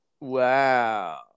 Wow